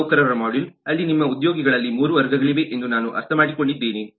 ಒಂದು ನೌಕರರ ಮಾಡ್ಯೂಲ್ ಅಲ್ಲಿ ನಿಮ್ಮ ಉದ್ಯೋಗಿಗಳಲ್ಲಿ 3 ವರ್ಗಗಳಿವೆ ಎಂದು ನಾವು ಅರ್ಥಮಾಡಿಕೊಂಡಿದ್ದೇವೆ